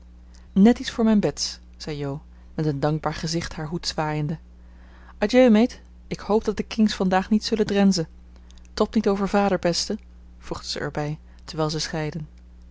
net iets voor mijn bets zei jo met een dankbaar gezicht haar hoed zwaaiende adieu meet ik hoop dat de kings vandaag niet zullen drenzen tob niet over vader beste voegde ze er bij terwijl ze scheidden